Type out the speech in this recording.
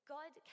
God